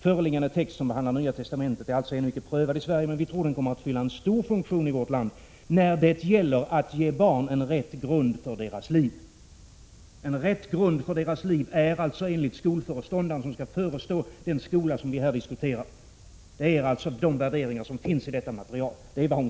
Föreliggande text, som behandlar Nya testamentet, är alltså inte ännu prövad i Sverige, men vi tror att den kommer att fylla en stor funktion i vårt land, när det gäller att ge barn en rätt grund för sitt liv.” Föreståndaren för den skola som vi här diskuterar anser alltså att de värderingar som finns i detta material är en rätt grund för barns liv.